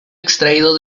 extraído